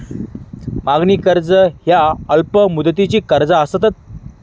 मागणी कर्ज ह्या अल्प मुदतीची कर्जा असतत